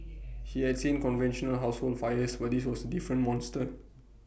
he had seen conventional household fires but this was A different monster